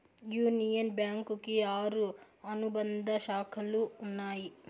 union Bank కి ఆరు అనుబంధ శాఖలు ఉన్నాయి